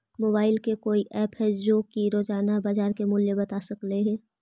Mobile के कोइ app है जो कि रोजाना के बाजार मुलय बता सकले हे?